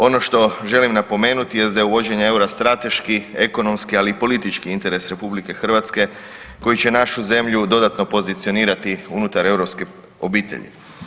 Ono što želim napomenuti jest da je uvođenje EUR-a strateški, ekonomski, ali i politički interes RH koji će našu zemlju dodatno pozicionirati unutar europske obitelji.